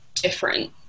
different